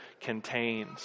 contains